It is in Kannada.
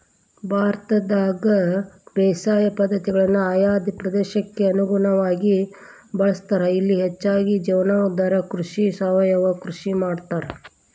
ಭಾರತದಾಗ ಬೇಸಾಯ ಪದ್ಧತಿಗಳನ್ನ ಆಯಾ ಪ್ರದೇಶಕ್ಕ ಅನುಗುಣವಾಗಿ ಬಳಸ್ತಾರ, ಇಲ್ಲಿ ಹೆಚ್ಚಾಗಿ ಜೇವನಾಧಾರ ಕೃಷಿ, ಸಾವಯವ ಕೃಷಿ ಮಾಡ್ತಾರ